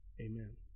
Amen